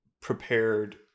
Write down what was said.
prepared